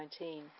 2019